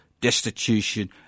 destitution